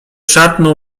szarpnął